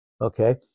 Okay